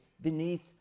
beneath